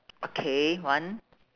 okay one